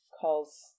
calls